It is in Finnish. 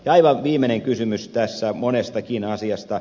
aivan viimeinen kysymys tässä monestakin asiasta